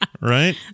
right